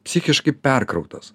psichiškai perkrautas